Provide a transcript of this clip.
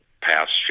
past